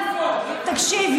תקשיב,